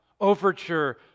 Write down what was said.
overture